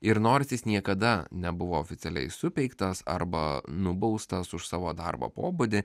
ir nors jis niekada nebuvo oficialiai supeiktas arba nubaustas už savo darbo pobūdį